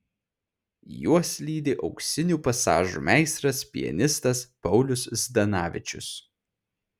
juos lydi auksinių pasažų meistras pianistas paulius zdanavičius